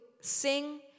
sing